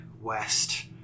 west